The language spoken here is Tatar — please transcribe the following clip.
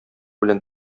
белән